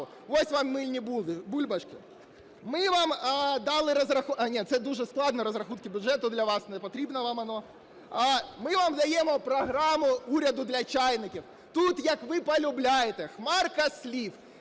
Ось вам мильні бульбашки. Ми вам дали розрахунки… А, ні. Це дуже складно - розрахунки бюджету - для вас. Непотрібно вам воно. Ми вам даємо "Програму уряду для "чайників". Тут, як ви полюбляєте: хмарка з слів,